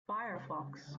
firefox